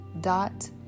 dot